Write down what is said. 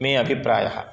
मे अभिप्रायः